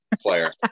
player